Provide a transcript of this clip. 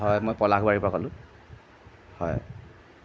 হয় মই পলাশবাৰীপৰা ক'লোঁ হয়